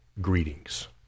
greetings